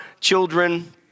children